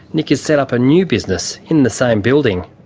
nick has set up a new business in the same building.